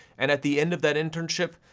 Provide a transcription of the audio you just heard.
and at the end of that internship,